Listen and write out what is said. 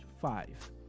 five